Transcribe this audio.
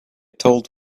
told